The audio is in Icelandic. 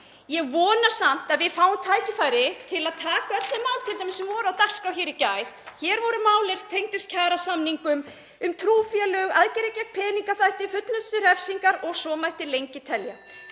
Ég vona samt að við fáum tækifæri til að taka öll þau mál t.d. sem voru á dagskrá í gær. Hér voru mál er tengdust kjarasamningum, um trúfélög, aðgerðir gegn peningaþvætti, fullnustu refsingar og svo mætti lengi telja.